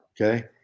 Okay